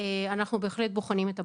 אנחנו בהחלט בוחנים את הבקשה.